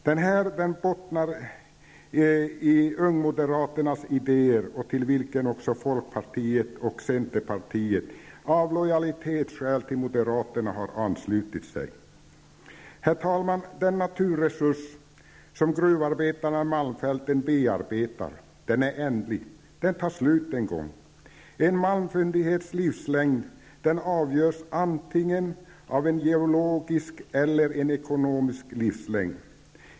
Det här förslaget bottnar i ungmoderaternas idéer, till vilka folkpartiet och centern av lojalitetsskäl har anslutit sig. Den naturresurs som gruvarbetarna i Malmfälten bearbetar är ändlig, dvs. den tar slut en gång. En malmfyndighets livslängd avgörs antingen av den geologiska eller den ekonomiska livslängden.